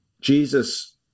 jesus